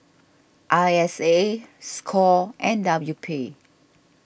I S A Score and W P